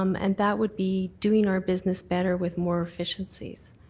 um and that would be doing our business better with more efficiencies.